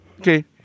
Okay